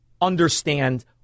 understand